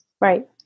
Right